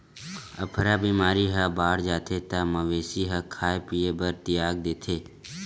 अफरा बेमारी ह बाड़ जाथे त मवेशी ह खाए पिए बर तियाग देथे